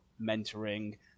mentoring